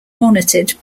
monitored